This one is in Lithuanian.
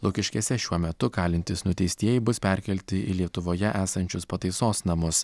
lukiškėse šiuo metu kalintys nuteistieji bus perkelti į lietuvoje esančius pataisos namus